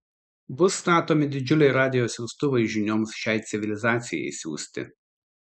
bus statomi didžiuliai radijo siųstuvai žinioms šiai civilizacijai siųsti